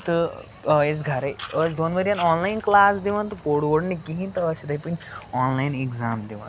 تہٕ آے ٲسۍ گَرے ٲسۍ دۄن ؤریَن آنلایَن کٕلاس دِوان تہٕ پوٚر وور نہٕ کِہیٖنۍ تہٕ ٲسۍ یِتھَے پٲٹھۍ آنلایَن اٮ۪کزام دِوَان